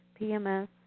PMS